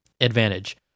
advantage